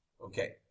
Okay